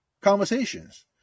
conversations